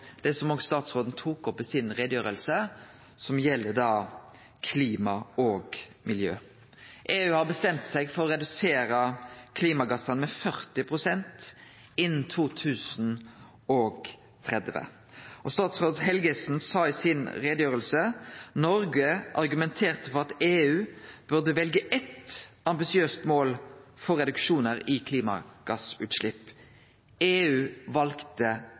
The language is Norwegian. er det som statsråden òg tok opp i si utgreiing, som gjeld klima og miljø. EU har bestemt seg for å redusere klimagassane med 40 pst. innan 2030. Statsråd Helgesen sa i si utgreiing: «Norge argumenterte for at EU burde velge ett ambisiøst mål for reduksjoner i klimagassutslipp. EU valgte